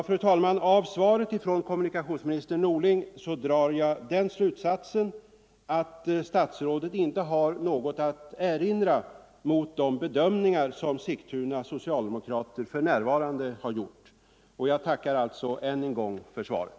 Fru talman, av svaret från kommunikationsminister Norling drar jag den slutsatsen att statsrådet inte har något att erinra mot de bedömningar som Sigtuna socialdemokrater för närvarande gjort. Jag tackar alltså än en gång för svaret.